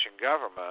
government